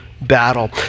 battle